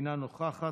אינה נוכחת.